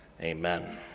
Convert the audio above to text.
Amen